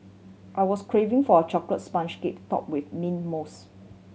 I was craving for a chocolate sponge cake topped with mint mousse